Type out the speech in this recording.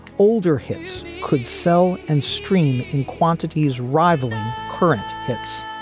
older hits could sell and stream in quantities rivaling current hits